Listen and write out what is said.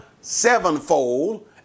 sevenfold